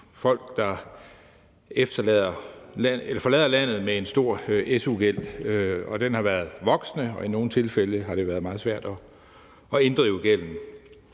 folk, der forlader landet med en stor su-gæld. Og det problem har været voksende, og i nogle tilfælde har det været meget svært at inddrive gælden.